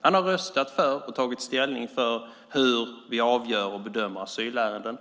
Han har röstat för och tagit ställning för hur vi avgör och bedömer asylärenden.